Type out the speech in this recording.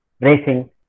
racing